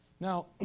Now